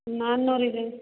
ನಾನ್ನೂರಿದೆ